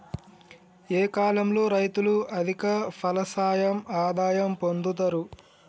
ఏ కాలం లో రైతులు అధిక ఫలసాయం ఆదాయం పొందుతరు?